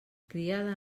criada